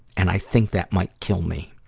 and i think that might kill me.